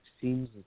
seems